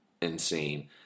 Insane